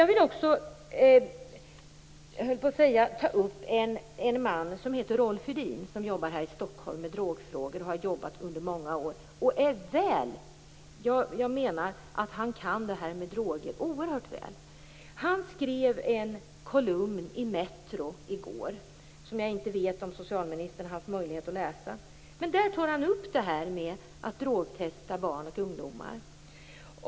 Rolf Edin har under många år arbetat med drogfrågor här i Stockholm. Han kan detta med droger oerhört väl. Han skrev en kolumn i tidningen Metro i går - jag vet inte om socialministern har haft möjlighet att läsa den. Han tog där upp frågan om att drogtesta barn och ungdomar.